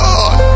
God